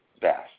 best